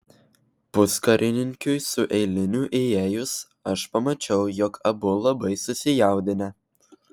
puskarininkiui su eiliniu įėjus aš pamačiau jog abu labai susijaudinę